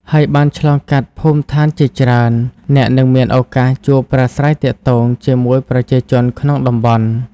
ហើយបានឆ្លងកាត់ភូមិឋានជាច្រើន អ្នកនឹងមានឱកាសជួបប្រាស្រ័យទាក់ទងជាមួយប្រជាជនក្នុងតំបន់។